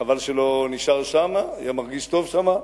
חבל שלא נשאר שם, היה מרגיש שם טוב.